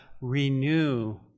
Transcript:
renew